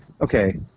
okay